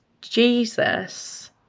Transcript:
Jesus